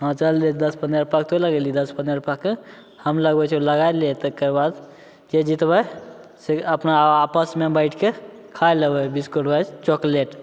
हँ चल दस पंद्रह रूपा तू लगेलही दस पंद्रह रूपाके हम लगबै छियौ लगाय ले तकर बाद जे जीतबै से अपना आपसमे बैठके खाय लेबै बिस्कुट चॉकलेट